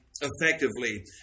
effectively